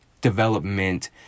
development